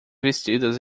vestidas